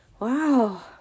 Wow